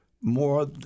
more